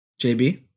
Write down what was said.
jb